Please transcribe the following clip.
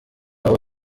aho